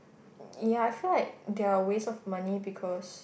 ya I feel like they're waste of money because